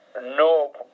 no